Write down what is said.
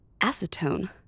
Acetone